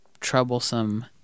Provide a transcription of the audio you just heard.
troublesome